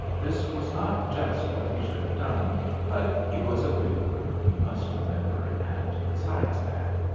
this was not just what he should have done but he was a widower, you must remember, and besides that,